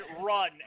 run